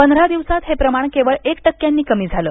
पंधरा दिवसांत हे प्रमाण केवळ एक टक्क्यांनी कमी झालं